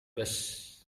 bus